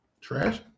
trash